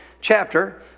chapter